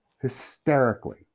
hysterically